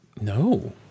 No